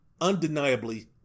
undeniably